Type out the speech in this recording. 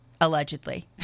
Allegedly